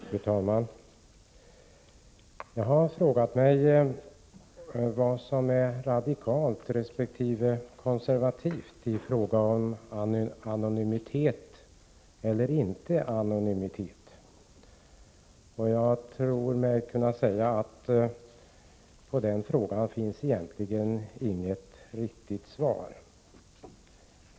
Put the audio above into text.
Fru talman! Jag har frågat mig vad som är radikalt resp. konservativt i fråga om anonymitet eller inte anonymitet. På den frågan finns det egentligen inget riktigt svar.